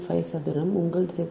5 சதுரம் உங்கள் 6